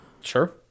Sure